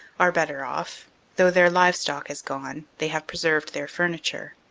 are better off though their livestock has gone, they have preserved their furniture.